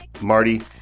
Marty